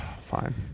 Fine